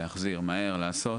להחזיר מהר ולעשות,